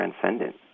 transcendent